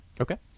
Okay